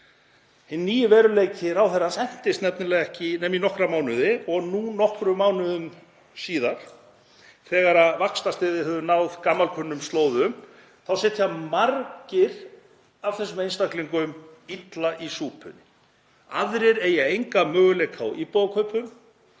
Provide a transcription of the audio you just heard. Hinn nýi veruleiki ráðherrans entist nefnilega ekki nema í nokkra mánuði og nú, nokkrum mánuðum síðar, þegar vaxtastigið hefur náð gamalkunnum slóðum, þá sitja margir af þessum einstaklingum illa í súpunni. Aðrir eygja enga möguleika á íbúðarkaupum